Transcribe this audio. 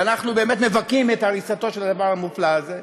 ואנחנו באמת מבכים את הריסתו של הדבר המופלא הזה,